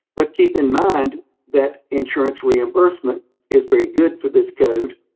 but keep in mind that insurance reimbursement is very good for this code.